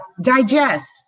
Digest